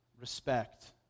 respect